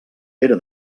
era